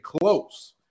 close